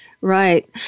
right